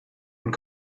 and